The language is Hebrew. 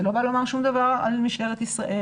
זה לא בא לומר שום דבר על משטרת ישראל.